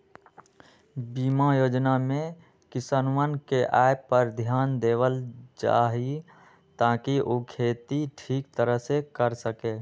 बीमा योजना में किसनवन के आय पर ध्यान देवल जाहई ताकि ऊ खेती ठीक तरह से कर सके